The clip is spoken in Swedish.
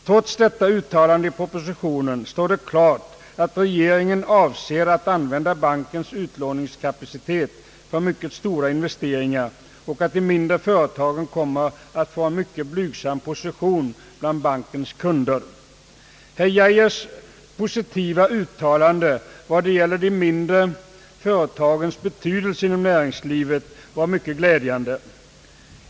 Trots detta uttalande i propositionen står det klart att regeringen avser att använda bankens utlåningskapacitet för mycket stora investeringar och att de mindre företagen kommer att få en mycket blygsam position bland bankens kunder. Herr Geijers positiva uttalande om de mindre företagens betydelse inom näringslivet var. mycket glädjande.